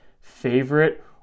favorite